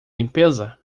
limpeza